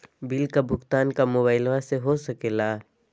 Bill का भुगतान का मोबाइलवा से हो सके ला?